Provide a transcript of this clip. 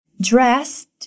dressed